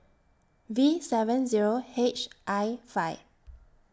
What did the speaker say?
V seven Zero H I five